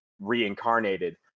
reincarnated